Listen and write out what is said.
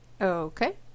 Okay